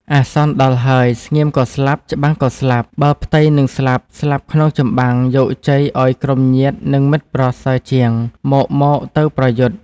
អាសន្នដល់ហើយស្ងៀម ក៏ស្លាប់ច្បាំងក៏ស្លាប់ បើផ្ទៃនឹងស្លាប់ៗក្នុងចម្បាំងយកជ័យឱ្យក្រុមញាតិនិងមិត្តប្រសើរ ជាងមក ! មក! ទៅប្រយុទ្ធ” ។